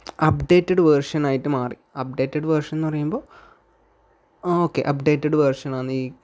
updated version ആയിട്ട് മാറി updated version എന്ന് പറയുമ്പോൾ ആ ഓക്കേ അപ്ഡേറ്റഡ് വേർഷൻ ആണ് ഈ